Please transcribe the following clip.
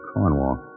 Cornwall